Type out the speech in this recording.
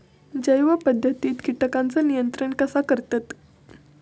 जैव पध्दतीत किटकांचा नियंत्रण कसा करतत?